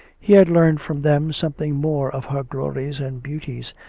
he had learned from them something more of her glories and beauties,